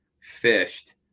fished